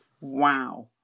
Wow